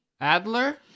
Adler